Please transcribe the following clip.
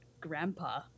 grandpa